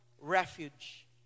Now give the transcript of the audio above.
refuge